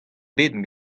ebet